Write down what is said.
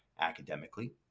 academically